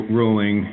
ruling